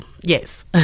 Yes